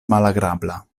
malagrabla